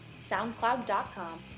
SoundCloud.com